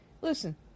Listen